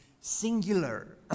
singular